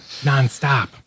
nonstop